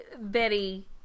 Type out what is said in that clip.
Betty